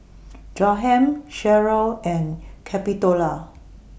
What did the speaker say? Jaheim Sheryll and Capitola